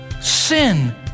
Sin